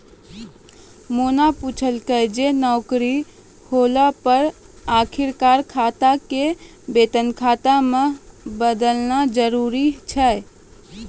मोना पुछलकै जे नौकरी होला पे अखिनका खाता के वेतन खाता मे बदलना जरुरी छै?